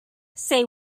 say